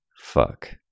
Fuck